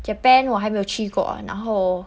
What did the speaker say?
japan 我还没有去过然后